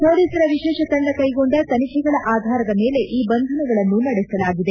ಪೊಲೀಸರ ವಿಶೇಷ ತಂಡ ಕೈಗೊಂಡ ತನಿಖೆಗಳ ಆಧಾರದ ಮೇಲೆ ಈ ಬಂಧನಗಳನ್ನು ನಡೆಸಲಾಗಿದೆ